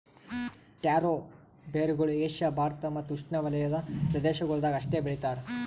taro ಬೇರುಗೊಳ್ Asia Bharat ಮತ್ತ್ ಉಷ್ಣೆವಲಯದ ಪ್ರದೇಶಗೊಳ್ದಾಗ್ ಅಷ್ಟೆ ಬೆಳಿತಾರ್